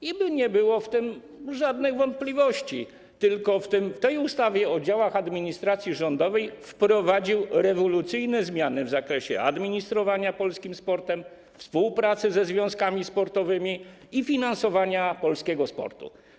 I nie byłoby tu żadnych wątpliwości, tylko że w tej ustawie o działach administracji rządowej wprowadził rewolucyjne zmiany w zakresie administrowania polskim sportem, współpracy ze związkami sportowymi i finansowania polskiego sportu.